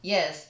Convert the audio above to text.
yes